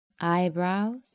eyebrows